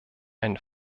ein